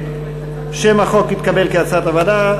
שם החוק התקבל כהצעת הוועדה.